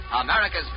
America's